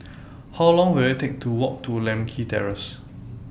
How Long Will IT Take to Walk to Lakme Terrace